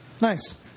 Nice